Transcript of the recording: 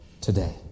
today